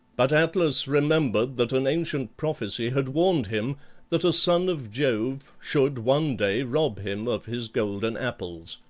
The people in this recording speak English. but atlas remembered that an ancient prophecy had warned him that a son of jove should one day rob him of his golden apples.